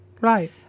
Right